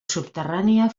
subterrània